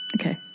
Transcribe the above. Okay